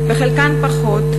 שחלקן מצליחות יותר וחלקן פחות,